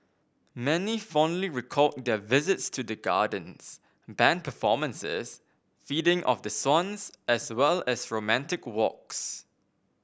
many fondly recalled their visits to the gardens band performances feeding of the swans as well as romantic walks